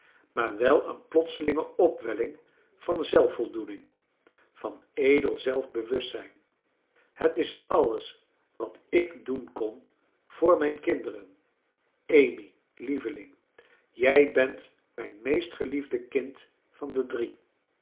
maar wel een plotselinge opwelling van zelfvoldoening van edel zelfbewustzijn het is alles wat ik doen kon voor mijn kinderen amy lieveling jij bent mijn meest geliefde kind van de drie